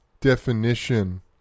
definition